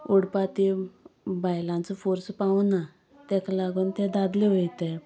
ओडपा ती बायलांचो फोर्स पावना ताका लागून ते दादले वता